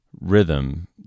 rhythm